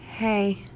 Hey